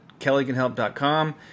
kellycanhelp.com